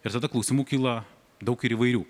ir tada klausimų kyla daug ir įvairių